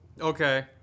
Okay